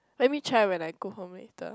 let me try when I go home later